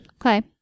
Okay